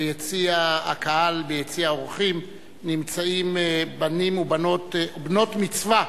שביציע האורחים נמצאים בני ובנות מצווה